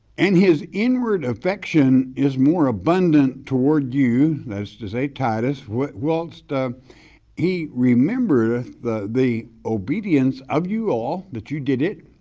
and his inward affection is more abundant toward you, that's to say titus, whilst ah he remembereth the the obedience of you all that you did it,